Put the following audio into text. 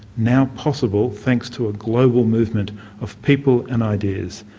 now possible thanks to a global movement of people and ideas.